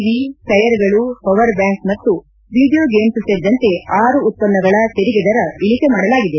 V ಟ್ಲೆಯರ್ಗಳು power bank ಮತ್ತು video ಗೇಮ್ಲ್ ಸೇರಿದಂತೆ ಆರು ಉತ್ಪನ್ನಗಳ ತೆರಿಗೆ ದರ ಇಳಕೆ ಮಾಡಲಾಗಿದೆ